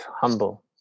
humble